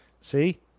See